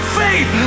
faith